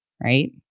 right